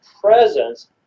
presence